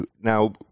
now